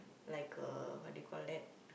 like uh what they call that